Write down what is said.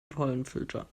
pollenfilter